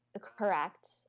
correct